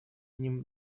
ним